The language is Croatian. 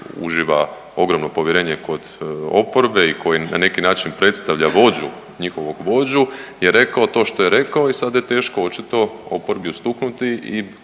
uživa ogromno povjerenje kod oporbe i koji na neki način predstavlja vođu, njihovog vođu je rekao to što je rekao i sad je teško očito oporbi ustuknuti i